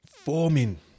Forming